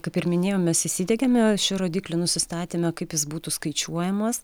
kaip ir minėjau mes įsidiegėme šį rodiklį nusistatėme kaip jis būtų skaičiuojamas